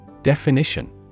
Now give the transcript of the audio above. Definition